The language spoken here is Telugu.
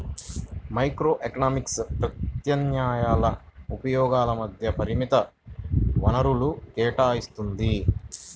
మైక్రోఎకనామిక్స్ ప్రత్యామ్నాయ ఉపయోగాల మధ్య పరిమిత వనరులను కేటాయిత్తుంది